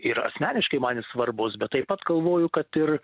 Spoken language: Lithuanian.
ir asmeniškai man jis svarbus bet taip pat galvoju kad ir